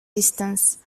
distance